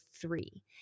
three